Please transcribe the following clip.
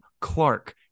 Clark